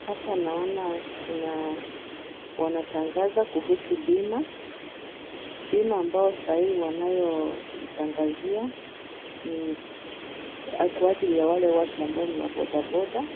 Hapa naona kuna wanatangaza kuhusu bima, bima ambayo sahihi wanayo itangazia, ni kwa ajili ya wale watu ambao ni wabodaboda.